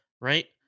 right